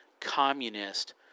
communist